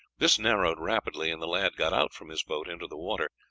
this narrowed rapidly and the lad got out from his boat into the water,